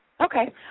Okay